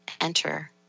enter